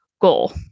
Goal